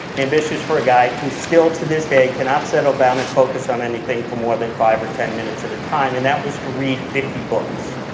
ambitious for a guy who still, to this day, cannot settle down and focus on anything for more than ten or ten minutes at a time, and that was to read fifty books.